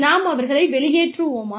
நாம் அவர்களை வெளியேற்றுவோமா